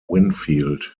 winfield